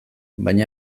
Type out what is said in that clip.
baina